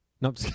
Nope